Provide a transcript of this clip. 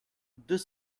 deux